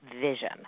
vision